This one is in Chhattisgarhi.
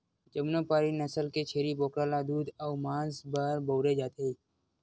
जमुनापारी नसल के छेरी बोकरा ल दूद अउ मांस बर बउरे जाथे